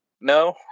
No